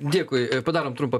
dėkui padarom trumpą